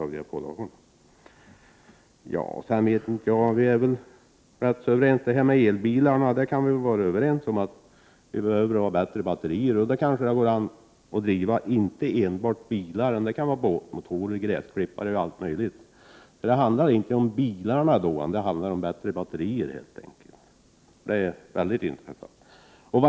Beträffande elbilarna kan vi väl vara överens om att vi behöver bättre batterier. Får vi det, kan det gå att driva inte enbart bilar utan också båtar, gräsklippare och allt möjligt med el. Det handlar inte om bilar utan helt enkelt om bättre batterier. Det är väldigt intressant.